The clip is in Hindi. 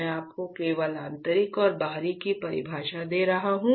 मैं आपको केवल आंतरिक और बाहरी की परिभाषा दे रहा हूं